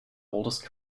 oldest